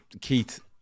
Keith